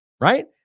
right